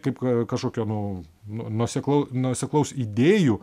kaip kažkokio nu nuo nuoseklau nuoseklaus idėjų